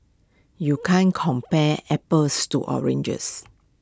you can't compare apples to oranges